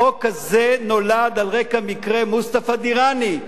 החוק הזה נולד על רקע מקרה מוסטפא דיראני,